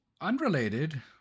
Unrelated